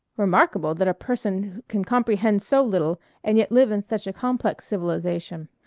remarkable that a person can comprehend so little and yet live in such a complex civilization.